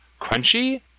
crunchy